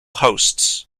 hosts